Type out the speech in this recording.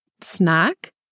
snack